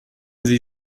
sie